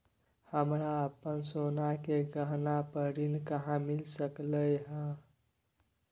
हमरा अपन सोना के गहना पर ऋण कहाॅं मिल सकलय हन?